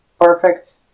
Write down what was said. perfect